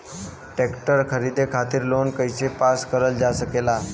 Tractor खरीदे खातीर loan कइसे पास करल जा सकेला?